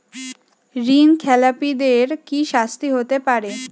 ঋণ খেলাপিদের কি শাস্তি হতে পারে?